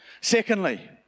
Secondly